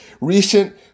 recent